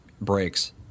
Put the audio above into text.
breaks